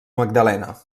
magdalena